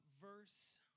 verse